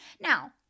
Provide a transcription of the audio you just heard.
Now